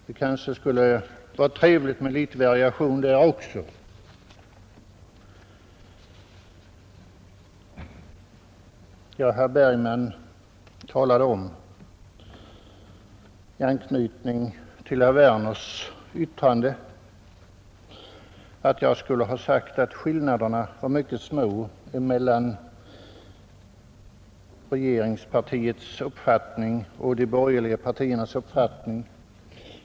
Det kanske skulle vara trevligt med litet variation där också. yttrande, att jag skulle ha sagt att skillnaderna var mycket små mellan regeringspartiets uppfattning och de borgerliga partiernas uppfattning.